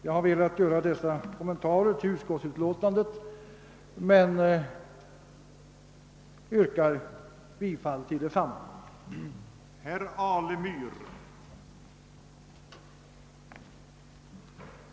Jag har velat göra dessa kommentarer till utskottsutlåtandet men yrkar bifall till utskottets hemställan.